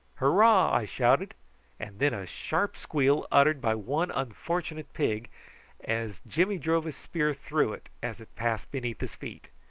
hurrah! i shouted and then a sharp squeal uttered by one unfortunate pig as jimmy drove his spear through it as it passed beneath his feet,